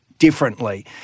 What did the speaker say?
differently